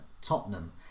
Tottenham